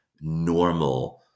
normal